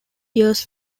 years